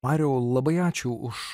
mariau labai ačiū už